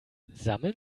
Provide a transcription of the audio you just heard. sammeln